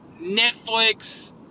Netflix